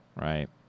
Right